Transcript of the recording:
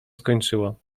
skończyło